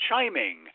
chiming